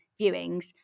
viewings